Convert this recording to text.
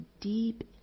deep